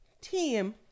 team